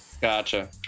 Gotcha